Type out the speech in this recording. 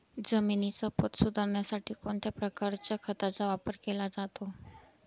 जमिनीचा पोत सुधारण्यासाठी कोणत्या प्रकारच्या खताचा वापर केला जातो?